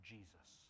Jesus